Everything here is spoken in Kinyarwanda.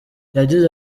yagize